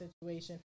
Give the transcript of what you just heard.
situation